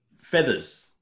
feathers